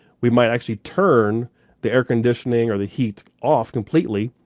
we might actually turn the air conditioning or the heat off completely,